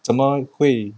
怎么会